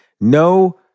No